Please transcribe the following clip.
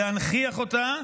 להנכיח אותה,